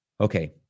okay